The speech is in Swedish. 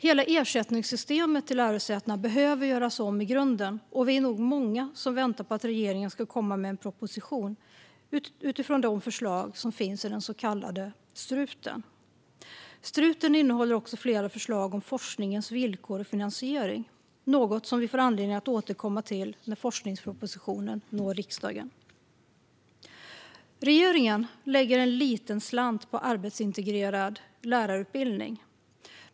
Hela ersättningssystemet till lärosätena behöver göras om i grunden, och vi är nog många som väntar på att regeringen ska komma med en proposition utifrån de förslag som finns i den så kallade struten. Struten innehåller också flera förslag om forskningens villkor och finansiering, något som vi får anledning att återkomma till när forskningspropositionen når riksdagen. Regeringen lägger en liten slant på arbetsintegrerad lärarutbildning.